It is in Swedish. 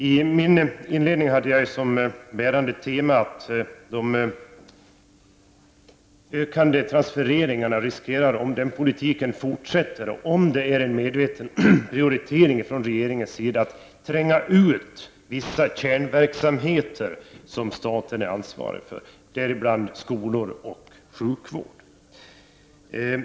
I min inledning hade jag såsom bärande tema att de ökande transfereringarna — om den politiken fortsätter och om det är en medveten prioritering från regeringens sida — riskerar att tränga ut vissa kärnverksamheter som staten är ansvarig för, däribland skolor och sjukvård.